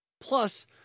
Plus